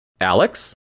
Alex